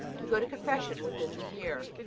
to go to confession within the year.